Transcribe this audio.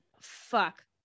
fuck